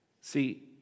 See